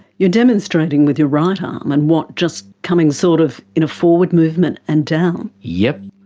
you're demonstrating with your right arm and what, just coming sort of in a forward movement and down? yep.